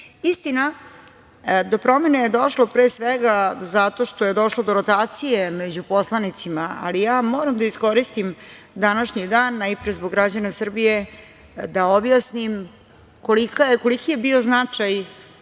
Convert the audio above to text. Srbije. Istina, do promene je došlo, pre svega, zato što je došlo do rotacije među poslanicima. Ali, ja moram da iskoristim današnji dan, najpre zbog građana Srbije, da objasnim koliki je bio značaj